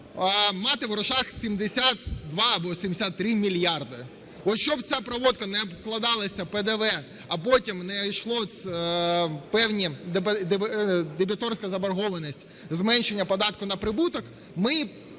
мати в грошах 72 або 73 мільярди. От щоб ця проводка не обкладалася ПДВ, а потім не йшла дебіторська заборгованість, зменшення податку на прибуток, ми,